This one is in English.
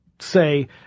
say